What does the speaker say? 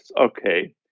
okay